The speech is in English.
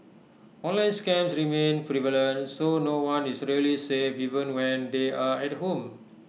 online scams remain prevalent so no one is really safe even when they're at home